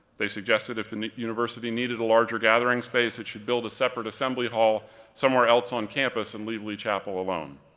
they suggested if the university needed a larger gathering space, it should build a separate assembly hall somewhere else on campus and leave lee chapel alone.